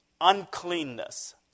uncleanness